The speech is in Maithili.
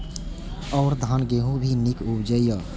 और धान गेहूँ भी निक उपजे ईय?